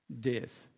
death